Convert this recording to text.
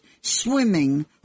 swimming